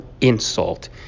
insult